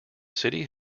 city